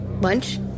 Lunch